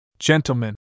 Gentlemen